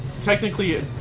Technically